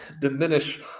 diminish